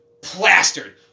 plastered